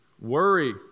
Worry